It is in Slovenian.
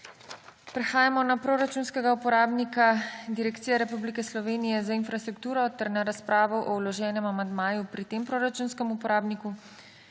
Prehajamo na proračunskega uporabnika Direkcije Republike Slovenije za infrastrukturo ter na razpravo o vloženem amandmaju pri tem proračunskem uporabniku.